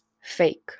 fake